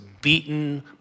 beaten